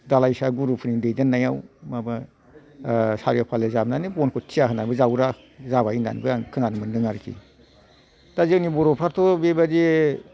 दालायसा गुरुफोरनि दैदेनायाव माबा सारि उफालि जाबनानै बनखौ थिया होनानैबो जाबग्रा जाबाय होननानैबो आं खोनानो मोनदों आरिखि दा जोंनि बर'फ्राथ' बेबायदि